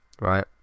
Right